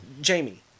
Jamie